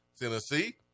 Tennessee